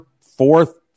fourth